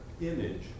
image